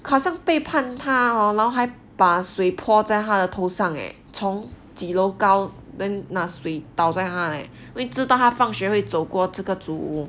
好像背叛他 hor 然后还把水泼在他的头上 eh 从几楼高 then 拿水倒在他 eh 因为知道他放学会走过这个组屋